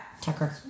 Tucker